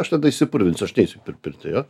aš tada išsipurvinsiu aš neisiu pirtį jo